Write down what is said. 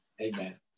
amen